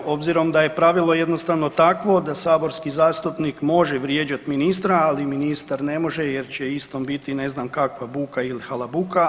Pa evo obzirom da je pravilo jednostavno takvo da saborski zastupnik može vrijeđati ministra, ali ministar ne može jer će isto biti ne znam kakva buka ili halabuka.